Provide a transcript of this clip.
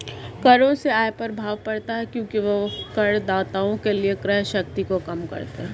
करों से आय प्रभाव पड़ता है क्योंकि वे करदाताओं के लिए क्रय शक्ति को कम करते हैं